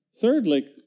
thirdly